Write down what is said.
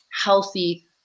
healthy